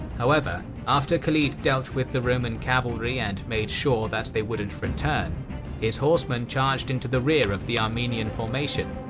however, after khalid dealt with the roman cavalry and made sure that they won't return, his horsemen charged into the rear of the armenian formation.